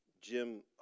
Jim